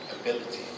ability